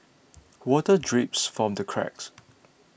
water drips from the cracks